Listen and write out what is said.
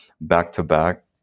back-to-back